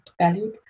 valued